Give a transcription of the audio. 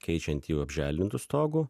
keičiant jį apželdintu stogu